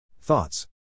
Thoughts